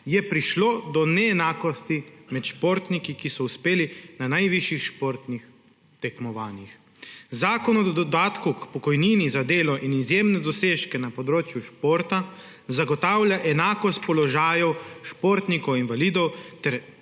je prišlo do neenakosti med športniki, ki so uspeli na najvišjih športnih tekmovanjih. Zakon o dodatku k pokojnini za delo in izjemne dosežke na področju športa zagotavlja enakost položajev športnikov invalidov ter